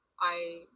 I-